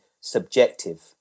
subjective